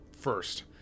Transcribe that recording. first